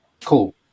Cool